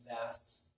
vast